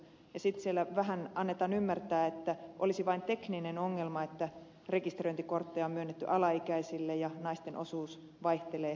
sitten siellä vähän annetaan ymmärtää että olisi vain tekninen ongelma että rekisteröintikortteja on myönnetty alaikäisille ja naisten osuus vaihtelee eri alueilla